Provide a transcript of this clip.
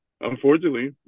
unfortunately